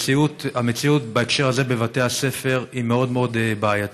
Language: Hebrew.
והמציאות בהקשר הזה בבתי הספר היא מאוד מאוד בעייתית.